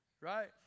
Right